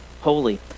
holy